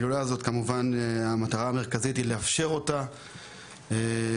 כמובן לאפשר את ההילולה,